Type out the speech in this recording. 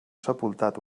sepultat